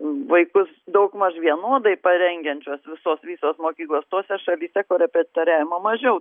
vaikus daugmaž vienodai parengiančios visos visos mokyklos tose šalyse korepetitoriavimo mažiau